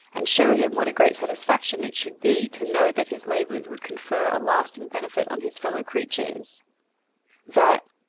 and show him what a great satisfaction it should be to know that his labours would confer a lasting benefit on his fellow creatures that,